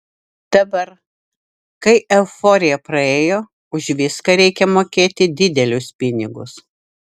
dabar kai euforija praėjo už viską reikia mokėti didelius pinigus